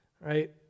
Right